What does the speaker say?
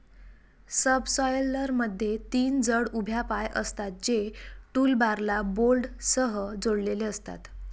सबसॉयलरमध्ये तीन जड उभ्या पाय असतात, जे टूलबारला बोल्टसह जोडलेले असतात